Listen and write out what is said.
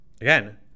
Again